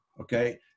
okay